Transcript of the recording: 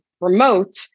remote